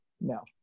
No